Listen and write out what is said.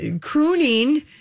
crooning